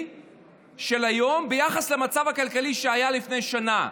של היום ביחס למצב הכלכלי שהיה לפני שנה.